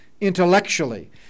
intellectually